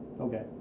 Okay